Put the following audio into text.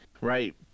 right